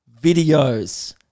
videos